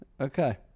Okay